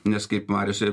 nes kaip marius ir